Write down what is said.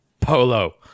Polo